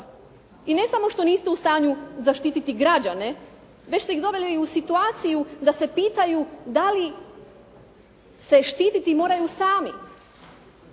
I ne samo što niste u stanju zaštititi građane već ste ih doveli i u situaciju da se pitaju da li se štititi moraju sami?